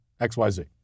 XYZ